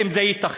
האם זה ייתכן?